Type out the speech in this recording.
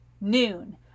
noon